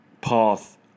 path